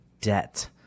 debt